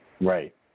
Right